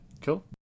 Cool